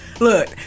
look